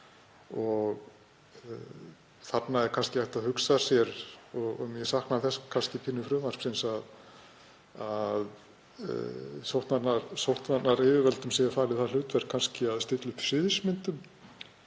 Þarna er kannski hægt að hugsa sér, og ég sakna þess kannski pínu í frumvarpinu, að sóttvarnayfirvöldum sé falið það hlutverk að stilla upp sviðsmyndum,